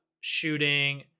shooting